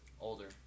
Older